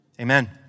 Amen